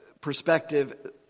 perspective